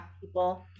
people